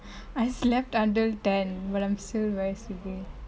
I slept until ten but I'm still very sleepy